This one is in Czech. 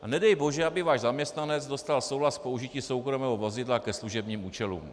A nedej bože, aby váš zaměstnanec dostal souhlas k použití soukromého vozidla ke služebním účelům.